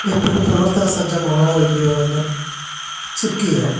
എപ്പോഴും പ്രവർത്തന സജ്ജമാണോ ഇല്ലയോ എന്ന് ചെക്ക് ചെയ്യണം